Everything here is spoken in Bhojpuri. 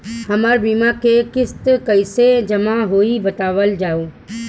हमर बीमा के किस्त कइसे जमा होई बतावल जाओ?